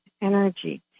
energy